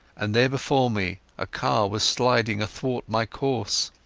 and there before me a car was sliding athwart my course.